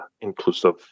inclusive